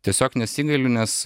tiesiog nesigailiu nes